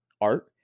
art